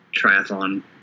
triathlon